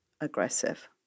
aggressive